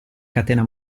catena